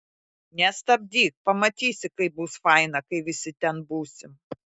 nestabdyk pamatysi kaip bus faina kai visi ten būsim